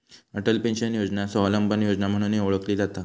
Atal pension योजना स्वावलंबन योजना म्हणूनही ओळखली जाता